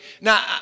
Now